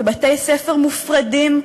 בבתי-ספר מופרדים,